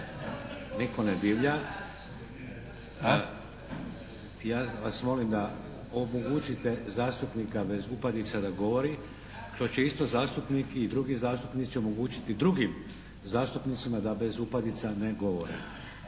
Nitko ne divlja. Ja vas molim da omogućite zastupnika bez upadica da govori što će isto zastupnik i drugi zastupnik će omogućiti drugim zastupnicima da bez upadica ne govore.